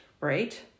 right